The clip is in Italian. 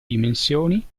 dimensioni